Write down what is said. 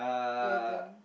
your turn